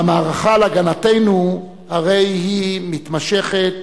והמערכה על הגנתנו הרי היא מתמשכת